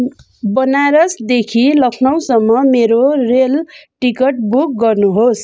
बनारसदेखि लखनौसम्म मेरो rail ticket book गर्नुहोस्